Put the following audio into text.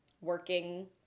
working